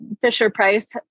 Fisher-Price